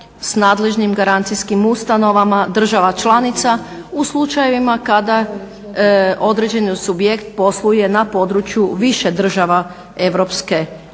s nadležnim garancijskim ustanovama država članica u slučajevima kada određeni subjekt posluje na području više država EU.